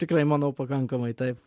tikrai manau pakankamai taip